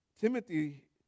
Timothy